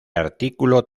artículo